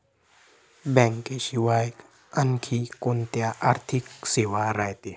बँकेशिवाय आनखी कोंत्या आर्थिक सेवा रायते?